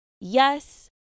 Yes